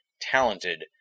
talented